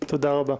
תודה רבה.